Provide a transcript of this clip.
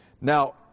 Now